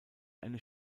eine